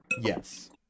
yes